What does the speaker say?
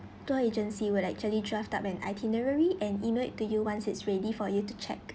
tour agency will actually draft up an itinerary and email it to you once it's ready for you to check